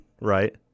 right